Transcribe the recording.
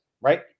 right